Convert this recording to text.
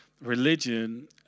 religion